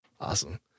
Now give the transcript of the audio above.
Awesome